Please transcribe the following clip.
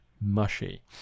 mushy